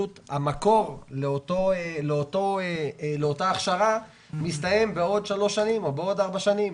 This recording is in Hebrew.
המקור לאותה הכשרה יסתיים בעוד שלוש שנים או בעוד ארבע שנים.